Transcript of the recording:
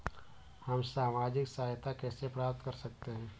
हम सामाजिक सहायता कैसे प्राप्त कर सकते हैं?